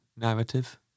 Narrative